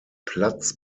platz